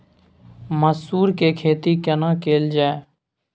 मसूर के खेती केना कैल जाय?